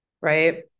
right